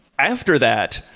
after that,